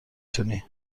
تونی